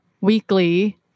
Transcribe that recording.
weekly